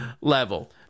level